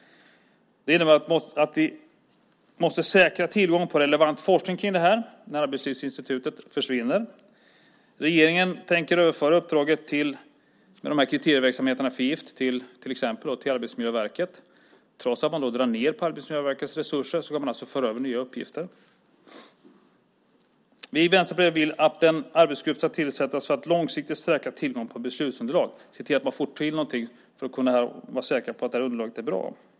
Det innebär att vi måste säkra tillgången på relevant forskning om detta när Arbetslivsinstitutet försvinner. Regeringen tänker överföra uppdraget med kriterieverksamhet för gifter till Arbetsmiljöverket. Trots att man drar ned på Arbetsmiljöverkets resurser ska man föra över nya uppgifter dit. Vi i Vänsterpartiet vill att en arbetsgrupp ska tillsättas för att långsiktigt säkra tillgången på beslutsunderlag, att man ska se till att man får till något för att vara säker på att detta underlag är bra.